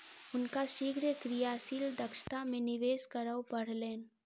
हुनका शीघ्र क्रियाशील दक्षता में निवेश करअ पड़लैन